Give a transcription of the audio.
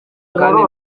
kandi